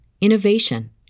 innovation